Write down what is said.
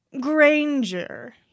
Granger